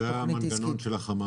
זה היה המנגנון של החממות.